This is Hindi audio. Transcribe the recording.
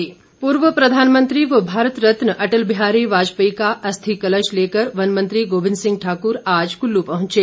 अस्थि कलश पूर्व प्रधानमंत्री व भारत रतन अटल बिहारी वाजपेयी का अस्थि कलश लेकर वनमंत्री गोविंद सिंह ठाकुर आज कुल्लू पहुंचे